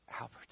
Albert